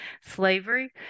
slavery